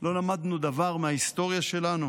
לא למדנו דבר מההיסטוריה שלנו?